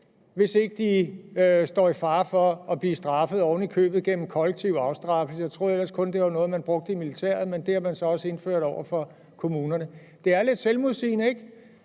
hvis de ikke står i fare for at blive straffet – og det er oven i købet igennem kollektiv afstraffelse. Jeg troede ellers, at det kun var noget, de brugte i militæret, men det har man så også indført over for kommunerne. Det er lidt selvmodsigende. Tillid